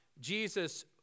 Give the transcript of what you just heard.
Jesus